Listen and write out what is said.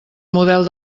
model